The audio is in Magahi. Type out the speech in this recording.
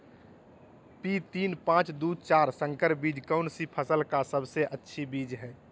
पी तीन पांच दू चार संकर बीज कौन सी फसल का सबसे अच्छी बीज है?